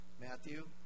Matthew